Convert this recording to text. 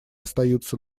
остаются